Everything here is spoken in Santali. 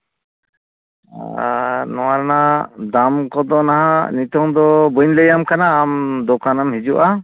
ᱟᱨ ᱱᱚᱣᱟ ᱨᱮᱱᱟᱜ ᱫᱟᱢ ᱠᱚᱫᱚ ᱱᱟᱜ ᱱᱤᱛᱳᱝ ᱫᱚ ᱵᱟᱹᱧ ᱞᱟᱹᱭᱟᱢ ᱠᱟᱱᱟ ᱟᱢ ᱫᱚᱠᱟᱱᱮᱢ ᱦᱤᱡᱩᱜᱼᱟ